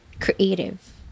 creative